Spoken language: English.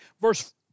verse